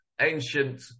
ancient